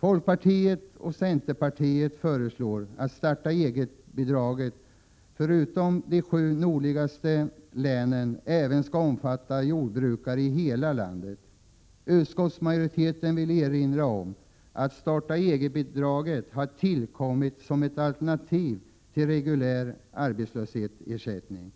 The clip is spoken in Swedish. Folkpartiet och centerpartiet föreslår att starta-eget-bidraget, förutom de sju nordligaste länen, även skall omfatta jordbrukare i hela landet. Utskottsmajoriteten vill erinra om att starta-eget-bidraget har tillkommit som ett alternativ till reguljär arbetslöshetsersättning,